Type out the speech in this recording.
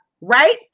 right